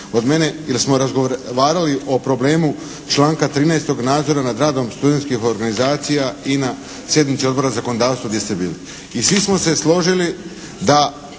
od mene i da smo razgovarali o problemu članka 13. nadzora nad radom studentskih organizacija i na sjednici Odbora za zakonodavstvo gdje ste bili. I svi smo se složili da